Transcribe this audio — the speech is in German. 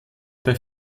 bei